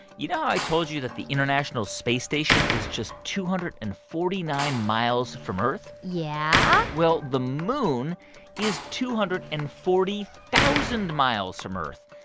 you know how i told you that the international space station is just two hundred and forty nine miles from earth yeah well, the moon is two hundred and forty thousand miles from earth.